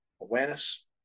Awareness